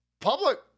public